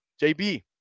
JB